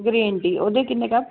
green tea ਉਹਦੇ ਕਿੰਨੇ cup